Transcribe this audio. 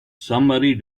somebody